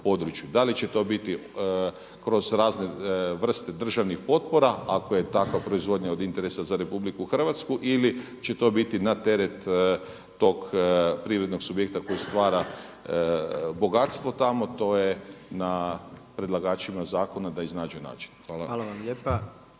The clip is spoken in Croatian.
da li će to biti kroz razne vrste državnih potpora ako je takva proizvodnja od interesa za RH ili će to biti na teret tog privrednog subjekta koji stvara bogatstvo tamo to je na predlagačima zakona da iznađe način. Hvala.